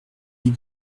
dit